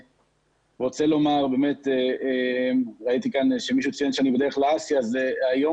ראיתי שמישהו אמר שאני בדרך ל-האסי אבל היום